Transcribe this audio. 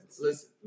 Listen